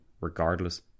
regardless